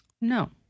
No